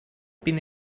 been